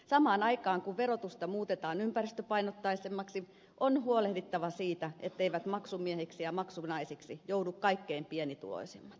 samaan aikaan kun verotusta muutetaan ympäristöpainotteisemmaksi on huolehdittava siitä etteivät maksumiehiksi ja maksunaisiksi joudu kaikkein pienituloisimmat